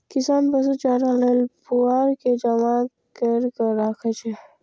किसान पशु चारा लेल पुआर के जमा कैर के राखै छै